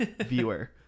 viewer